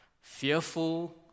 fearful